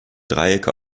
dreiecke